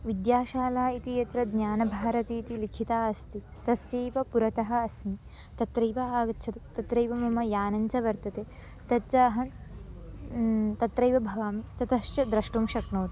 विद्याशाला इति यत्र ज्ञानभारतीति लिखिता अस्ति तस्यैव पुरतः अस्मि तत्रैव आगच्छतु तत्रैव मम यानञ्च वर्तते तच्चाहं तत्रैव भवामि ततश्च द्रष्टुं शक्नोति